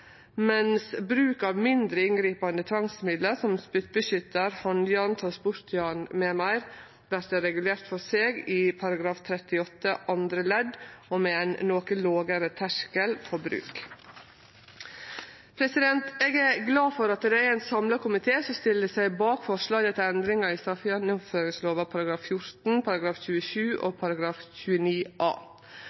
vert regulert for seg i § 38 andre ledd og med ein noko lågare terskel for bruk. Eg er glad for at det er ein samla komité som stiller seg bak forslaget til endringar i straffegjennomføringslova § 14, § 27 og § 29 a.